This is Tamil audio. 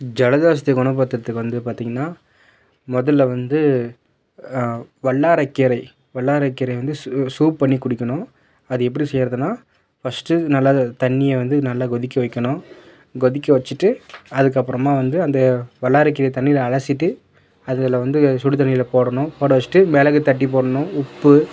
ஜலதோஷத்தை குணப்படுத்துகிறதுக்கு வந்து பார்த்திங்கன்னா முதல்ல வந்து வல்லாரக்கீரை வல்லாரக்கீரையை வந்து சூ சூப் பண்ணி குடிக்கணும் அது எப்படி செய்கிறதுனா ஃபர்ஸ்ட்டு நல்லா தண்ணியை வந்து நல்லா கொதிக்க வைக்கணும் கொதிக்க வச்சுட்டு அதுக்கப்புறமா வந்து அந்த வல்லாரக் கீரையை தண்ணியில் அலசிவிட்டு அதில் வந்து சுடு தண்ணியில் போடணும் போட வைச்சுட்டு மிளகு தட்டி போட்ணும் உப்பு